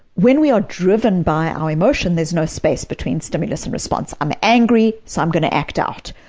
when we are driven by our emotion there is no space between stimulus and response. i'm angry, so i'm going to act out.